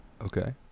Okay